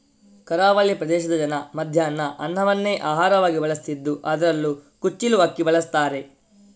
ಕರಾವಳಿ ಪ್ರದೇಶದ ಜನ ಮಧ್ಯಾಹ್ನ ಅನ್ನವನ್ನೇ ಆಹಾರವಾಗಿ ಬಳಸ್ತಿದ್ದು ಅದ್ರಲ್ಲೂ ಕುಚ್ಚಿಲು ಅಕ್ಕಿ ಬಳಸ್ತಾರೆ